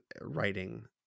writing